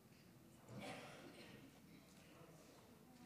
חוק ומשפט נתקבלה.